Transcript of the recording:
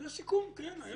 זה סיכום, כן.